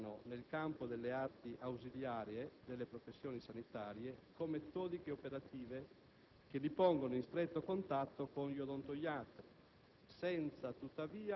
gli stessi operano nel campo delle arti ausiliarie delle professioni sanitarie con metodiche operative che li pongono in stretto contatto con gli odontoiatri,